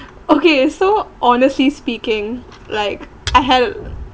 okay so honestly speaking like I have